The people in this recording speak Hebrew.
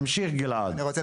גלעד, תמשיך.